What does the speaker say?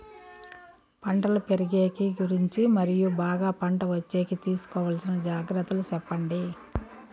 పంటలు పెరిగేకి గురించి మరియు బాగా పంట వచ్చేకి తీసుకోవాల్సిన జాగ్రత్త లు సెప్పండి?